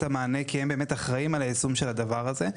את המענה כי הם באמת אחראים על היישום של הדבר הזה,